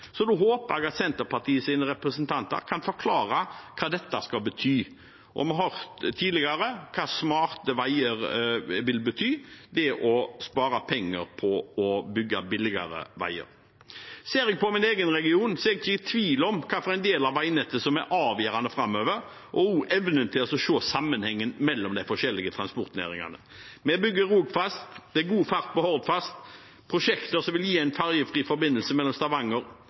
så da håper jeg at Senterpartiets representanter kan forklare hva dette skal bety – og vi hørte tidligere hva smarte veier vil bety: å spare penger på å bygge billigere veier. Ser jeg på min egen region, er jeg ikke tvil om hvilken del av veinettet som er avgjørende framover, og også evnen til å se sammenhengen mellom de forskjellige transportnæringene. Vi bygger Rogfast, og det er god fart på Hordfast. Dette er prosjekter som vil gi en fergefri forbindelse mellom Stavanger